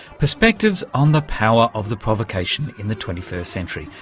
perspectives on the power of the provocation in the twenty first century,